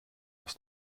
aus